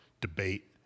debate